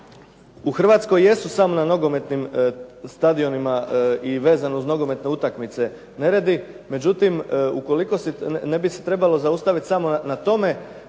u Hrvatskoj jesu samo na nogometnim stadionima i vezano uz nogometne utakmice neredi. Međutim, ukoliko se, ne bi se trebalo samo zaustaviti na tome